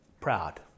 proud